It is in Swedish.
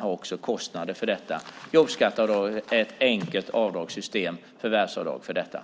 också har kostnader för detta. Jobbskatteavdraget är ett enkelt förvärvsavdrag för dessa.